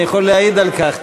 אני יכול להעיד על כך.